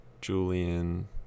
Julian